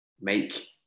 make